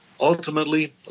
ultimately